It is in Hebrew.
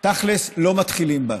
תכל'ס לא מתחילים בה.